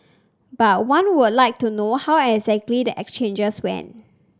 but one would like to know how exactly the exchanges went